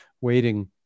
waiting